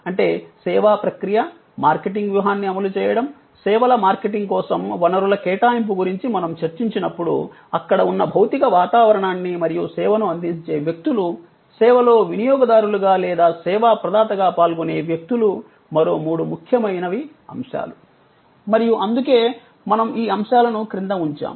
అంటే సేవా ప్రక్రియ మార్కెటింగ్ వ్యూహాన్ని అమలు చేయడం సేవల మార్కెటింగ్ కోసం వనరుల కేటాయింపు గురించి మనము చర్చించినప్పుడు అక్కడ ఉన్న భౌతిక వాతావరణాన్ని మరియు సేవను అందించే వ్యక్తులు సేవలో వినియోగదారులుగా లేదా సేవా ప్రదాతగా పాల్గొనే వ్యక్తులు మరో మూడు ముఖ్యమైనవి అంశాలు మరియు అందుకే మనము ఈ అంశాలను క్రింద ఉంచాము